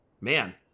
man